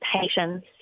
patience